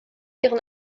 ihren